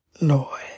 Lord